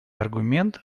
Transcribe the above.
аргумент